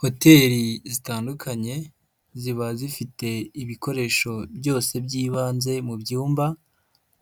Hoteli zitandukanye ziba zifite ibikoresho byose by'ibanze mu byumba